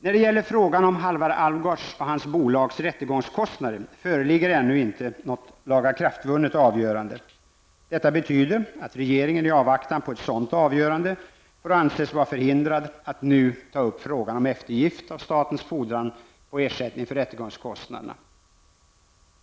När det gäller frågan om Halvar Alvgards och hans bolags rättegångskostnader föreligger ännu inte något lagakraftvunnet avgörande. Detta betyder att regeringen i avvaktan på ett sådant avgörande får anses vara förhindrad att nu ta upp frågan om eftergift av statens fordran på ersättning för rättegångskostnaderna.